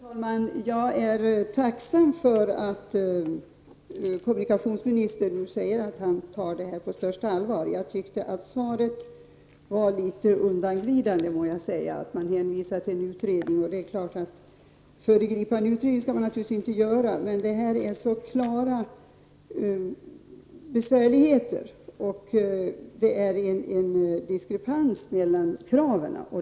Fru talman! Jag är tacksam för att kommunikationsministern nu säger att han tar denna fråga på största allvar. Jag tyckte att svaret var litet undanglidande, detta att hänvisa till en utredning. Föregripa en utredning skall man naturligtvis inte göra. Men det är fråga om så klara besvärligheter, och det är en diskrepans mellan kraven.